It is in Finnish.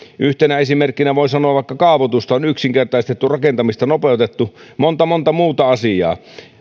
yhtenä esimerkkinä voin sanoa vaikka että kaavoitusta on yksinkertaistettu rakentamista nopeutettu ja on monta monta muuta asiaa